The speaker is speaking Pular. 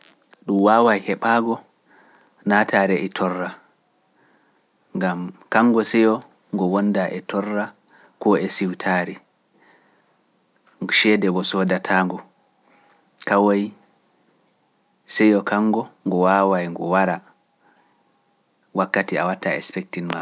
Yee, ɗum wawa heɓaago naataare e torra, ngam kanngo seyo ngo wonda e torra koo e siwtaari, ceede mo soodataango, kaway seyo kanngo ngo wawa e ngo wara wakkati awataa e spektin maa.